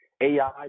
AI